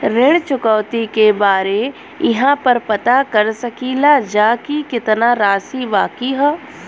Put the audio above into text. ऋण चुकौती के बारे इहाँ पर पता कर सकीला जा कि कितना राशि बाकी हैं?